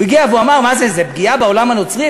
הוא הגיע והוא אמר: מה זה, זה פגיעה בעולם הנוצרי.